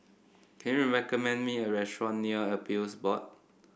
can you recommend me a restaurant near Appeals Board